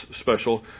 special